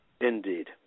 Indeed